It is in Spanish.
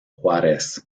juárez